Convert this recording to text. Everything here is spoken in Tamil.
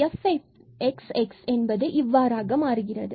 இது fxx00 இவ்வாறாக மாற்றுகிறது